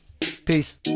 Peace